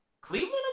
Cleveland